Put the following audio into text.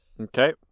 Okay